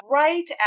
right